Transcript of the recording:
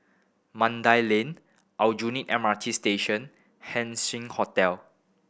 Mandai Lake Aljunied M R T Station and Haising Hotel